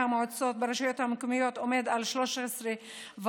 המועצות ברשויות המקומיות עומד על כ-13.5%,